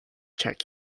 check